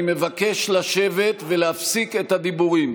אני מבקש לשבת ולהפסיק את הדיבורים.